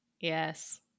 yes